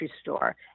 store